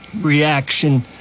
reaction